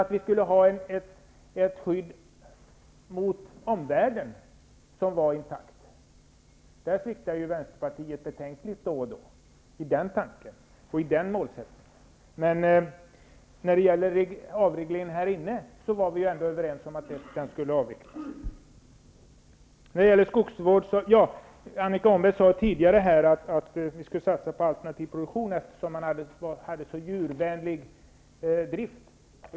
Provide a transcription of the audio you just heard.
Men vi skulle ha ett skydd gentemot omvärlden som är intakt. I den tanken sviktar Vänsterpartiet betänkligt då och då. När det gäller avregleringarna var vi dock överens. Annika Åhnberg sade tidigare att vi skall satsa på alternativ produktion, eftersom man har så djurvänlig drift.